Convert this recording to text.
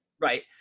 Right